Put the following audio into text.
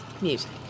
Music